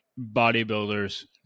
bodybuilders